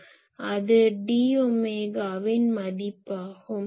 அது d ஒமேகாவின் மதிப்பாகும்